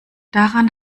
daran